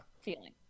feeling